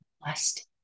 blessed